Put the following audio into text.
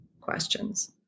questions